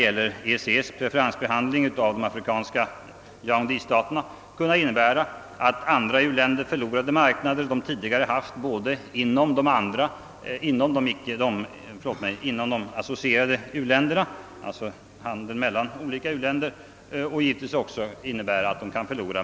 EEC:s preferensbehandling av de afrikanska Yaoundé-staterna skulle t.ex. kunna innebära att andra u-länder förlorade marknader de tidigare haft både inom de associerade u-länderna — det avser alltså handeln mellan olika u-länder — och inom EEC-länderna.